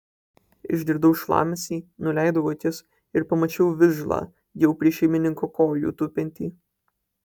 išgirdau šlamesį nuleidau akis ir pamačiau vižlą jau prie šeimininko kojų tupintį